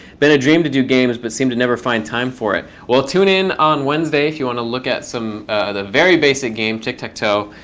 been a dream to do games, but seemed to never find time for it. well, tune-in on wednesday if you want to look at the very basic game, tic-tac-toe,